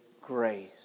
grace